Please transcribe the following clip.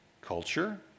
culture